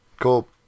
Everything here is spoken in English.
cool